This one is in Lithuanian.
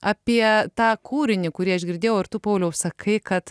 apie tą kūrinį kurį aš girdėjau ir tu pauliau sakai kad